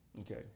okay